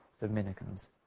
Dominicans